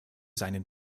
seinen